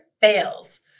fails